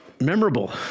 memorable